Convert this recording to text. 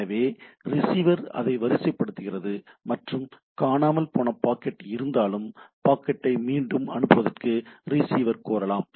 எனவே ரிசீவர் அதை வரிசைப்படுத்துகிறது மற்றும் காணாமல் போன பாக்கெட் இருந்தால் பாக்கெட்டை மீண்டும் அனுப்புவதற்கு ரிசீவர் கோரலாம்